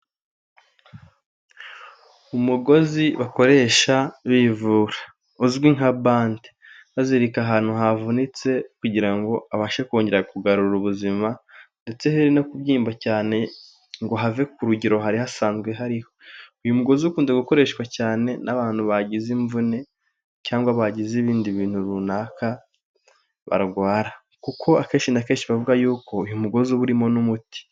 Umugozi bakoresha bivura uzwi nka bande, bazirika ahantu havunitse kugira ngo abashe kongera kugarura ubuzima ndetse here no kubyimba cyane ngo have ku rugero hari hasanzwe hariho, uyu mugozi ukunda gukoreshwa cyane n'abantu bagize imvune cyangwa bagize ibindi bintu runaka barwara kuko akenshi na kenshi hari abavuga yuko uyu mugozi uba urimo n'umuti.